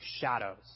shadows